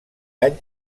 any